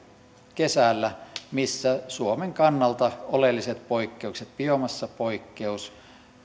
kesällä missä suomen kannalta oleelliset poikkeukset biomassapoikkeus